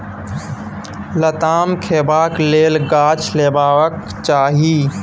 लताम खेबाक लेल गाछ लगेबाक चाही